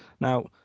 now